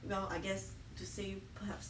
well I guess to say perhaps